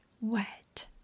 wet